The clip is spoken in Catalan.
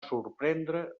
sorprendre